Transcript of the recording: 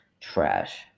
Trash